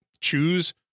choose